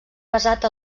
basat